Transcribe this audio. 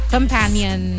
Companion